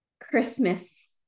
Christmas